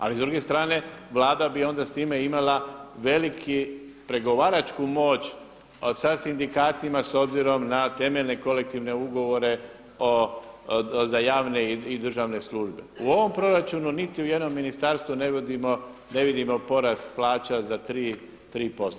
Ali s druge strane Vlada bi onda s time imala veliku pregovaračku moć, a sad sindikatima s obzirom na temeljne kolektivne ugovore za javne i državne službe. u ovom proračunu niti u jednom ministarstvu ne vidimo porast plaća za 3%